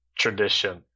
tradition